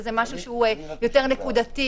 שזה משהו שהוא יותר נקודתי,